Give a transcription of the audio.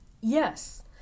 Yes